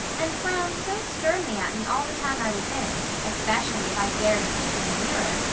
and frowned so sternly at me all the time i was in, especially if i dared peep in the mirror,